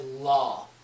law